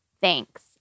thanks